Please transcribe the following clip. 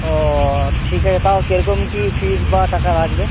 ও ঠিক আছে তাও কে রকম কী ফিস বা টাকা লাগবে